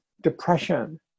depression